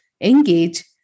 engage